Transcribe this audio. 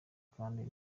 kandi